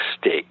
stake